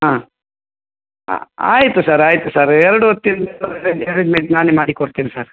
ಹಾಂ ಹಾಂ ಆಯಿತು ಸರ್ ಆಯಿತು ಸರ್ ಎರಡು ಹೊತ್ತಿಂದು ಅರೇಂಜ್ಮೆಂಟ್ ನಾನೆ ಮಾಡಿ ಕೊಡ್ತೇನೆ ಸರ್